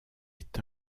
est